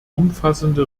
umfassende